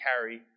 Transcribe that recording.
carry